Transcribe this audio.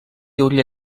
hauria